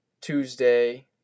Tuesday